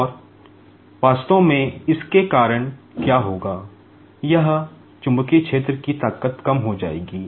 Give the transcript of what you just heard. और वास्तव में इसके कारण क्या होगा यहां चुंबकीय क्षेत्र की ताकत कम हो जाएगी